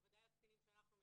בוודאי לקטינים שאנחנו מייצגים,